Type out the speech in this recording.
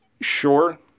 Sure